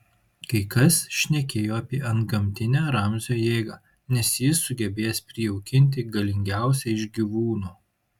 kai kas šnekėjo apie antgamtinę ramzio jėgą nes jis sugebėjęs prijaukinti galingiausią iš gyvūnų